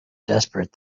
desperate